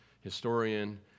historian